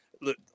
look